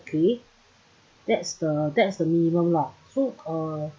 okay that's the that's the minimum lah so uh